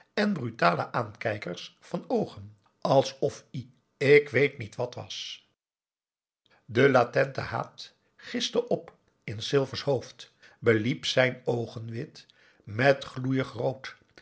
en brutale aankijkers van oogen alsof-ie ik weet niet wat was de latente haat giste op in john silver's hoofd beliep zijn oogenwit met gloeiig rood